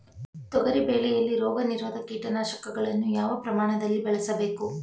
ತೊಗರಿ ಬೆಳೆಯಲ್ಲಿ ರೋಗನಿರೋಧ ಕೀಟನಾಶಕಗಳನ್ನು ಯಾವ ಪ್ರಮಾಣದಲ್ಲಿ ಬಳಸಬೇಕು?